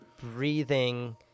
breathing